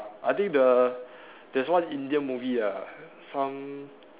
I think the there's one Indian movie ah some